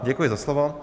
Děkuji za slovo.